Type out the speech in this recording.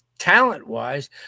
talent-wise